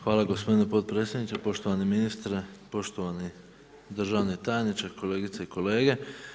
Hvala gospodine potpredsjedniče, poštovani ministre, poštovani državni tajniče, kolegice i kolege.